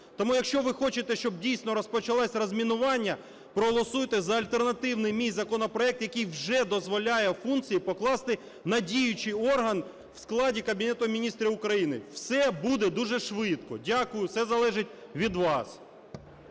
Тому, якщо ви хочете, щоб дійсно розпочалося розмінування, проголосуйте за альтернативний мій законопроект, який вже дозволяє функції покласти на діючий орган в складі Кабінету Міністрів України. Все буде дуже швидко. Дякую. Все залежить від вас.